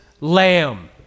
lamb